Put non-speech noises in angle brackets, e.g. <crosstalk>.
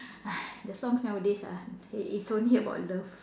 <breath> the songs nowadays ah it it's only about love